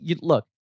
look